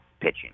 pitching